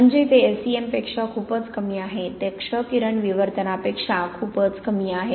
म्हणजे ते SEM पेक्षा खूपच कमी आहे ते क्ष किरण विवर्तनापेक्षा खूपच कमी आहे